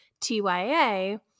TYA